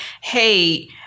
hey